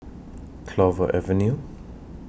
Clover Avenue